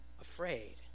afraid